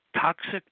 toxic